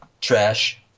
trash